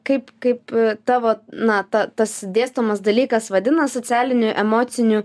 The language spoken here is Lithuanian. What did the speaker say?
kaip kaip tavo na ta tas dėstomas dalykas vadinas socialinių emocinių